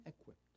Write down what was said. equipped